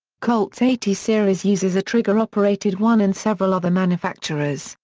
colt's eighty series uses a trigger operated one and several other manufacturers,